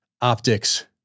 optics